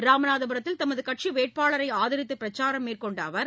ராமநாதபுரத்தில் தமது கட்சி வேட்பாளரை ஆதரித்து பிரச்சாரம் மேற்கொண்ட அவர்